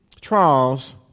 trials